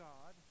God